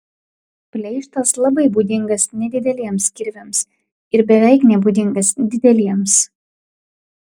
pleištas labai būdingas nedideliems kirviams ir beveik nebūdingas dideliems